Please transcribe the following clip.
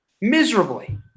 miserably